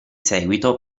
seguito